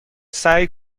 سعی